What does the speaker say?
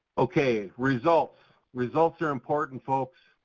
okay, results. results are important folks.